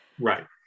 Right